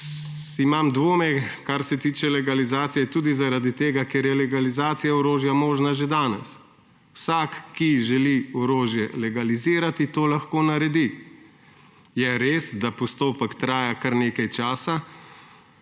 imam dvome, kar se tiče legalizacije, tudi zaradi tega, ker je legalizacija orožja možna že danes. Vsak, ki želi orožje legalizirati, to lahko naredi. Je res, da postopek traja kar nekaj časa,